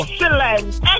excellent